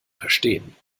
verstehen